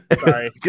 Sorry